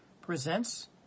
presents